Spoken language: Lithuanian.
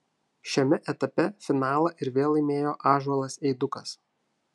šiame etape finalą ir vėl laimėjo ąžuolas eidukas